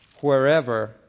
wherever